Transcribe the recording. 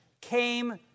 came